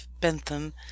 bentham